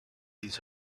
these